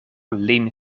lin